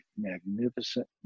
magnificent